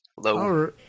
Hello